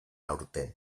aurten